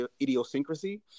idiosyncrasy